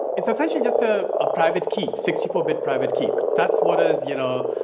it's essentially just a ah private keep, sixty four bit private keep. that's what is you know,